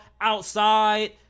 outside